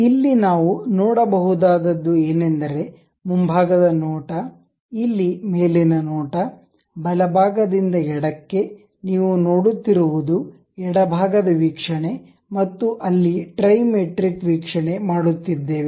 ಇಲ್ಲಿ ನಾವು ನೋಡಬಹುದಾದದ್ದು ಏನೆಂದರೆ ಮುಂಭಾಗದ ನೋಟ ಇಲ್ಲಿ ಮೇಲಿನ ನೋಟ ಬಲಭಾಗದಿಂದ ಎಡಕ್ಕೆ ನೀವು ನೋಡುತ್ತಿರುವದು ಎಡಭಾಗದ ವೀಕ್ಷಣೆ ಮತ್ತು ಅಲ್ಲಿ ಟ್ರೈಮೆಟ್ರಿಕ್ ವೀಕ್ಷಣೆ ಮಾಡುತ್ತಿದ್ದೇವೆ